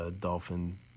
Dolphin